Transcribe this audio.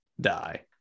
die